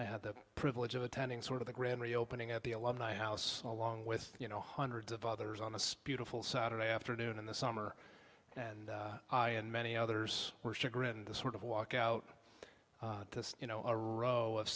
i had the privilege of attending sort of the grand reopening at the alumni house along with you know hundreds of others on a sputum full saturday afternoon in the summer and i and many others were chagrined to sort of walk out you know a row of